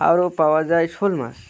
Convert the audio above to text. আরও পাওয়া যায় শোল মাছ